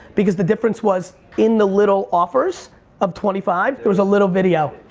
because the difference was in the little offers of twenty five, there was a little video.